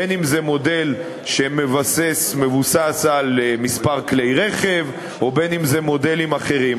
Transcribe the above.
בין שזה מודל שמבוסס על מספר כלי רכב או מודלים אחרים.